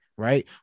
Right